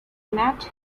met